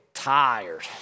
tired